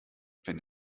wenn